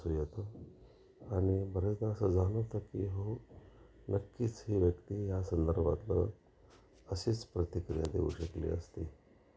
हसू येतं आणि बरेचदा असं जाणवतं की हो नक्कीच ही व्यक्ती ह्या संदर्भातलं अशीच प्रतिक्रिया देऊ शकली असती